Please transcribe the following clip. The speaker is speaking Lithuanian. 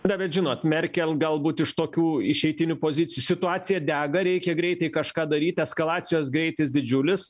na bet žinot merkel galbūt iš tokių išeitinių pozicijų situacija dega reikia greitai kažką daryt eskalacijos greitis didžiulis